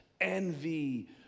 envy